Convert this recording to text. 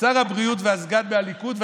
שר הבריאות והסגן מהליכוד,